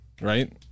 Right